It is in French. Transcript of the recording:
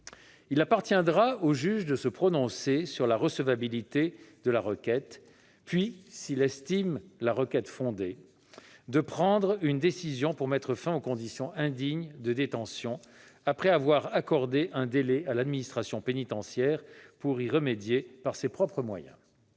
Il appartiendra au juge de se prononcer sur la recevabilité de la requête, puis, s'il estime la requête fondée, de prendre une décision pour mettre fin aux conditions indignes de détention, après avoir accordé un délai à l'administration pénitentiaire pour y remédier par ses propres moyens.